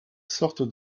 sortes